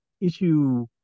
issue